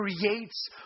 creates